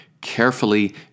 carefully